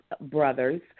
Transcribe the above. brothers